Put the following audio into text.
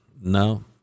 no